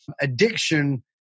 addiction